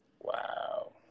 Wow